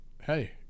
hey